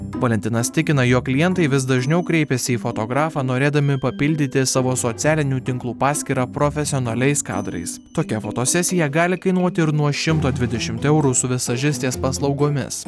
valentinas tikina jog klientai vis dažniau kreipiasi į fotografą norėdami papildyti savo socialinių tinklų paskyrą profesionaliais kadrais tokia fotosesija gali kainuoti ir nuo šimto dvidešim eurų su vizažistės paslaugomis